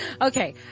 Okay